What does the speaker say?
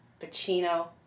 Pacino